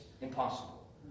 impossible